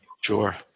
sure